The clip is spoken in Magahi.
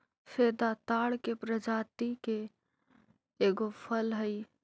फेदा ताड़ के प्रजाति के एगो फल हई